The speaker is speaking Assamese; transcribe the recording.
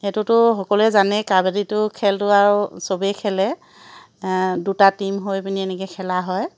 সেইটোতো সকলোৱে জানেই কাবাডীটো খেলটো আৰু চবেই খেলে দুটা টিম হৈ পিনে এনেকৈ খেলা হয়